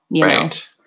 Right